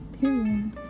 period